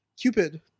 Cupid